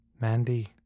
Mandy